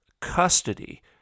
custody